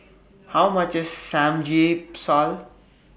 How much IS Samgyeopsal